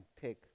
take